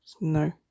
no